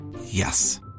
Yes